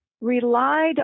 relied